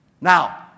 Now